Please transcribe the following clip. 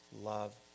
love